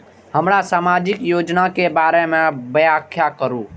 हमरा सामाजिक योजना के बारे में व्याख्या करु?